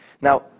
Now